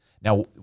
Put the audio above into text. Now